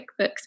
QuickBooks